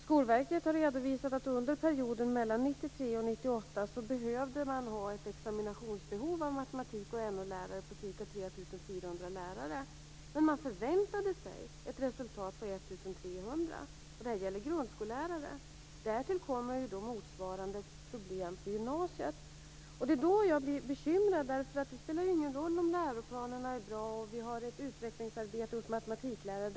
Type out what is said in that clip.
Skolverket har redovisat att det under perioden mellan 1993 och 1998 fanns ett examinationsbehov när det gäller matematik och NO-lärare på ca 3 400 lärare. Men man förväntade sig ett resultat på 1 300. Det gäller grundskolelärare. Därtill kommer ju då motsvarande problem på gymnasiet. Det är då jag blir bekymrad. Det spelar ingen roll om läroplanerna är bra och om vi har ett utvecklingsarbete hos matematiklärare.